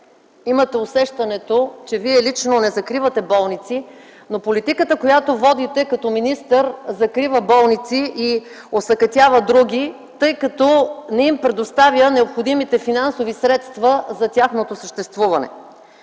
имате усещането, че Вие лично не закривате болниците, но политиката, която водите като министър, е да закрива болници и осакатява други, тъй като не им предоставя необходимите финансови средства за тяхното съществуване.